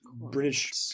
British